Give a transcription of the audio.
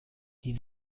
die